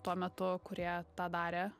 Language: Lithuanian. tuo metu kurie tą darė